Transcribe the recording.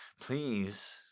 Please